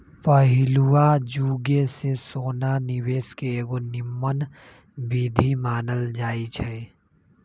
पहिलुआ जुगे से सोना निवेश के एगो निम्मन विधीं मानल जाइ छइ